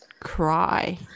cry